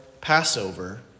Passover